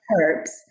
herbs